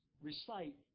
recite